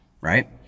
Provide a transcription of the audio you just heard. right